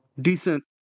decent